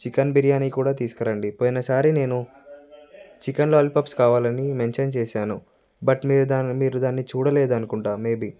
chicken biryani కూడా తీసుకురండి పోయినసారి నేను చికెన్ లోలీపప్స్ కావాలని మెన్షన్ చేసాను బట్ మీరు దానిని మీరు దానిని చూడలేదు అనుకుంటాను మేబీ